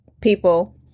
people